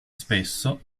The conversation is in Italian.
spesso